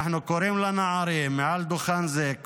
אנחנו קוראים לנערים מעל דוכן זה,